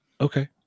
okay